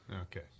Okay